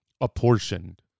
apportioned